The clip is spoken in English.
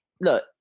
Look